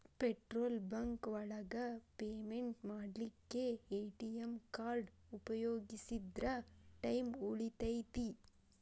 petrol bunk ಒಳಗ payment ಮಾಡ್ಲಿಕ್ಕೆ ATM card ಉಪಯೋಗಿಸಿದ್ರ ಟೈಮ್ ಉಳಿತೆತಿ